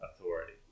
authority